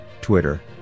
Twitter